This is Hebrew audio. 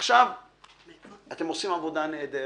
עכשיו אתם עושים עבודה נהדרת,